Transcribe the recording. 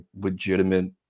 legitimate